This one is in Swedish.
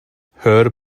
hör